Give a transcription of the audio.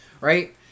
Right